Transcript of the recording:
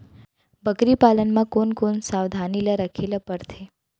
बकरी पालन म कोन कोन सावधानी ल रखे बर पढ़थे?